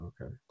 okay